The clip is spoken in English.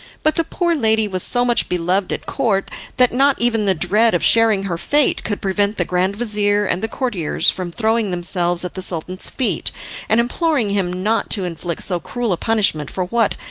but the poor lady was so much beloved at court that not even the dread of sharing her fate could prevent the grand-vizir and the courtiers from throwing themselves at the sultan's feet and imploring him not to inflict so cruel a punishment for what,